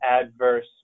adverse